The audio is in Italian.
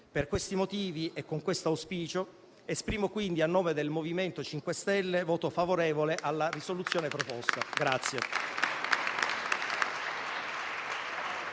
Per questi motivi e con questo auspicio, annuncio quindi, a nome del MoVimento 5 Stelle, il voto favorevole alla risoluzione proposta.